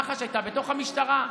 מח"ש הייתה בתוך המשטרה.